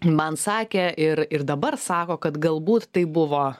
man sakė ir ir dabar sako kad galbūt tai buvo